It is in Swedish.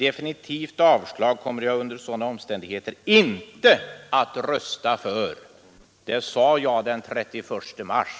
”Definitivt avslag kommer jag under sådana omständigheter inte att rösta för.” Detta sade jag alltså den 31 mars.